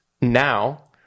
now